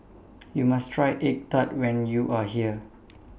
YOU must Try Egg Tart when YOU Are here